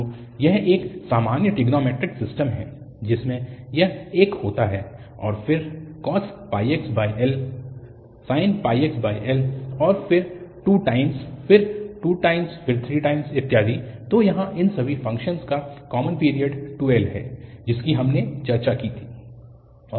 तो यह एक सामान्य ट्रिग्नोंमैट्रिक सिस्टम है जिसमें यह 1 होता है और फिर cos πxl sin πxl और फिर 2 टाइम्स फिर 2 टाइम्स फिर 3 टाइम्स इत्यादि तो यहाँ इन सभी फ़ंक्शन्स का कॉमन पीरियड 2l है जिसकी हमने चर्चा की थी